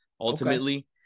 ultimately